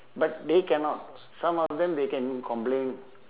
but they cannot some of them they can complain